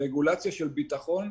הרגולציה של ביטחון,